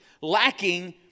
lacking